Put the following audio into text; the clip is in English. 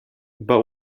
but